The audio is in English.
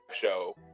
show